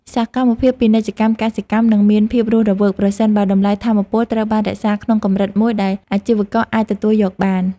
សកម្មភាពពាណិជ្ជកម្មកសិកម្មនឹងមានភាពរស់រវើកប្រសិនបើតម្លៃថាមពលត្រូវបានរក្សាក្នុងកម្រិតមួយដែលអាជីវករអាចទទួលយកបាន។